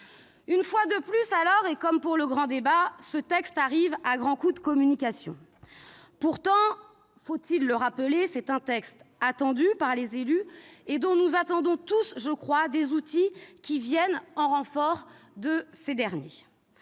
Une fois de plus, et comme pour le grand débat, ce texte arrive à grands coups de communication. Pourtant, faut-il le rappeler, c'est un texte attendu par les élus et dont nous attendons tous des outils qui viennent en renfort de ces derniers.